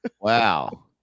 Wow